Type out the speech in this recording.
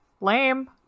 Lame